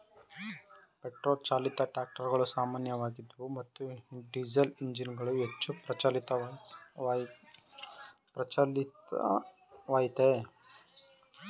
petrol ಚಾಲಿತ ಟ್ರಾಕ್ಟರುಗಳು ಸಾಮಾನ್ಯವಾಗಿದ್ವು ಮತ್ತು ಡೀಸೆಲ್ಎಂಜಿನ್ಗಳು ಹೆಚ್ಚು ಪ್ರಚಲಿತವಾಗಯ್ತೆ